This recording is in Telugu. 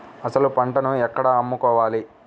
అసలు పంటను ఎక్కడ అమ్ముకోవాలి?